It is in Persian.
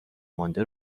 مانده